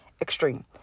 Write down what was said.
extreme